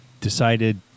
decided